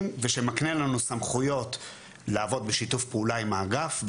לפיו ושמקנה לנו סמכויות לעבוד בשיתוף פעולה עם האגף,